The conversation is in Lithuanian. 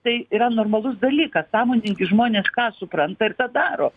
tai yra normalus dalykas sąmoningi žmonės tą supranta ir tą daro